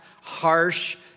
harsh